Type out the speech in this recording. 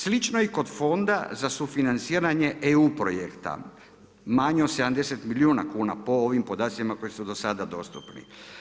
Slično i kod Fonda za sufinanciranje EU projekta, manje od 70 milijuna kuna po ovim podacima koji su do sada dostupni.